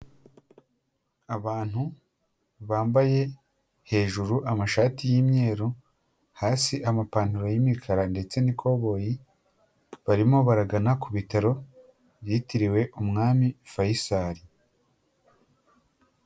Abantu bambaye hejuru amashati y'imyeru, hasi amapantaro y'imikara ndetse n'ikoboyi, barimo baragana ku bitaro byitiriwe umwami fayisari.